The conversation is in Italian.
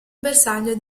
bersaglio